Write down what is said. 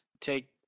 take